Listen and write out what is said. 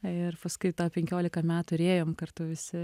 ir paskui tą penkioliką metų ir ėjom kartu visi